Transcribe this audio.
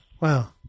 wow